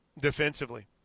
defensively